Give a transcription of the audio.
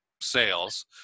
sales